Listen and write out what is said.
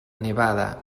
nevada